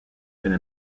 been